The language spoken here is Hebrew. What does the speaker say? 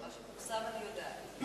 מה שפורסם אני יודעת.